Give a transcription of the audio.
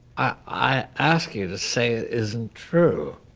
i asked you to say it isn't true.